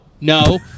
no